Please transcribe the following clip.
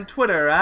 Twitter